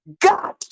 God